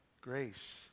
grace